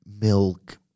milk